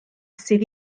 sydd